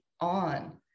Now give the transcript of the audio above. on